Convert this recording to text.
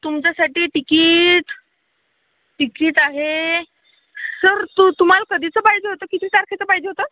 तुमच्यासाठी ticket ticket आहे sir तू तुम्हाला कधीचं पाहिजे होतं किती तारखेचं पाहिजे होतं